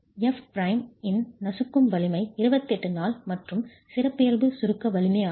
f prime இன் நசுக்கும் வலிமை 28 நாள் மற்றும் சிறப்பியல்பு சுருக்க வலிமை ஆகும்